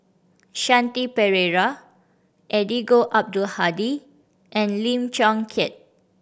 Shanti Pereira Eddino Abdul Hadi and Lim Chong Keat